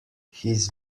his